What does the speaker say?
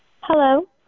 Hello